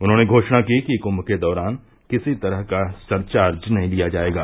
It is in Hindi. उन्होंने घोषणा की कि कुंभ के दौरान किसी तरह का सरचार्ज नहीं लिया जायेगा